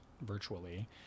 virtually